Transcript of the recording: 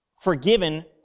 Forgiven